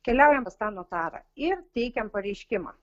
keliaujam pas tą notarą ir teikiam pareiškimą